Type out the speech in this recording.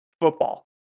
football